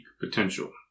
potential